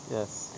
yes